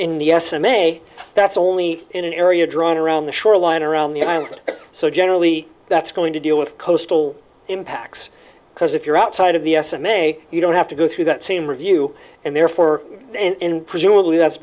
in the s m a that's only in an area drawn around the shoreline around the island so generally that's going to deal with coastal impacts because if you're outside of the u s and may you don't have to go through that same review and therefore and presumably that's